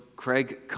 Craig